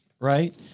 Right